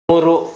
ಮೂರು